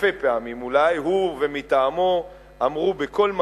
אלפי פעמים אולי, הוא ומטעמו, אמרו בכל מקום,